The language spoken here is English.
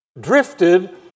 drifted